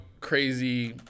crazy